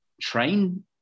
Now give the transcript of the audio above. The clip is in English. train